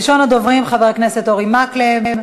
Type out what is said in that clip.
ראשון הדוברים, חבר הכנסת אורי מקלב.